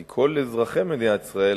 כי כל אזרחי מדינת ישראל,